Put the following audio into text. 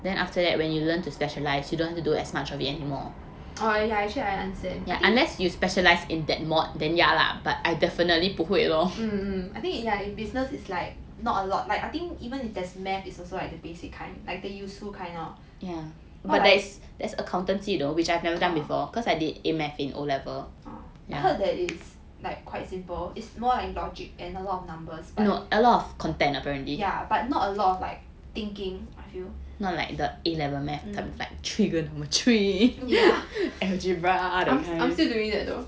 oh yeah actually I understand I think mm mm I think ya in business it's like not a lot I think even if there is math is also like the basic kind like the useful kind lor I heard that it's quite simple it's more like logic and a lot numbers but yeah but not a lot of like thinking I feel mm yeah I'm still doing that though